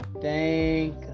thank